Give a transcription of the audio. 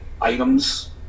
items